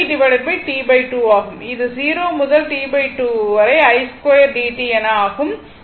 இது 0 முதல் T2 i2 dt என ஆகும்